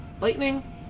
lightning